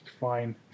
Fine